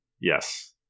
Yes